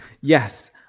Yes